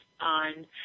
on